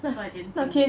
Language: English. so I didn't think